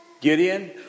Gideon